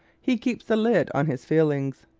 he keeps the lid on his feelings.